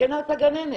מסכנה הגננת.